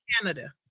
Canada